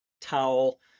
towel